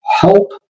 help